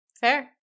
fair